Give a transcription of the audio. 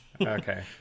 okay